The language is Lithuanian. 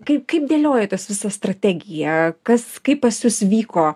kaip kaip dėliojatės visą strategiją kas kaip pas jus vyko